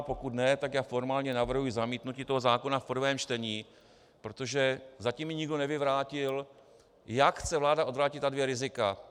Pokud ne, tak já formálně navrhuji zamítnutí tohoto zákona v prvém čtení, protože zatím mi nikdo nevyvrátil, jak chce vláda odvrátit ta dvě rizika.